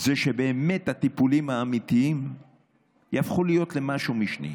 זה שבאמת הטיפולים האמיתיים יהפכו להיות משהו משני.